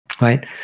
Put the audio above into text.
Right